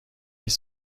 ils